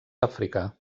àfrica